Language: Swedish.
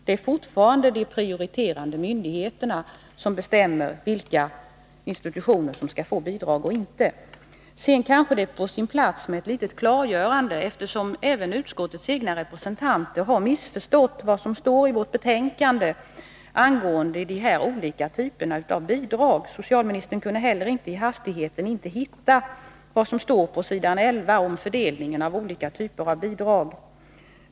Det är fortfarande de prioriterande myndigheterna som bestämmer vilka institutioner som skall få bidrag och inte. Det är kanske på sin plats med ett litet klargörande, eftersom även utskottets egna representanter har missförstått vad som står i vårt betänkande angående de här olika typerna av bidrag. Socialministern kunde inte heller i hastigheten hitta vad som står på s. 11 om fördelningen av olika typer av bidrag.